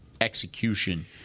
execution